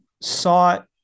sought